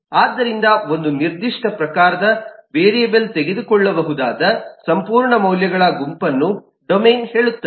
ಆದ್ದರಿಂದ ಒಂದು ನಿರ್ದಿಷ್ಟ ಪ್ರಕಾರದ ವೇರಿಯೇಬಲ್ ತೆಗೆದುಕೊಳ್ಳಬಹುದಾದ ಸಂಪೂರ್ಣ ಮೌಲ್ಯಗಳ ಗುಂಪನ್ನು ಡೊಮೇನ್ ಹೇಳುತ್ತದೆ